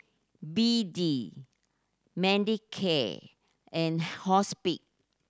B D Manicare and Hospi